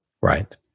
Right